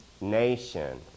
nation